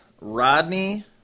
Rodney